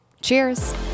Cheers